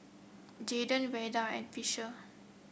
Javen Verda and Fisher